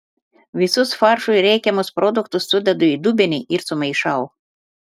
visus faršui reikiamus produktus sudedu į dubenį ir sumaišau